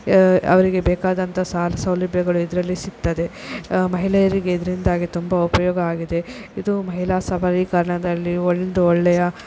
ಅವರಿಗೆ ಬೇಕಾದಂಥ ಸಾಲ ಸೌಲಭ್ಯಗಳು ಇದರಲ್ಲಿ ಸಿಗ್ತದೆ ಮಹಿಳೆಯರಿಗೆ ಇದರಿಂದಾಗಿ ತುಂಬ ಉಪಯೋಗ ಆಗಿದೆ ಇದು ಮಹಿಳಾ ಸಬಲೀಕರಣದಲ್ಲಿ ಒಂದೊಳ್ಳೆಯ